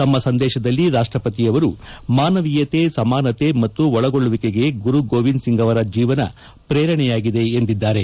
ತಮ್ಮ ಸಂದೇಶದಲ್ಲಿ ರಾಷ್ಟ ಪತಿಯವರು ಮಾನವೀಯತೆ ಸಮಾನತೆ ಮತ್ತು ಒಳಗೊಳ್ಳುವಿಕೆಗೆ ಗುರು ಗೋವಿಂದ್ ಸಿಂಗ್ ಅವರ ಜೀವನ ಪ್ರೇರಣೆಯಾಗಿದೆ ಎಂದಿದ್ದಾರೆ